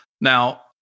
Now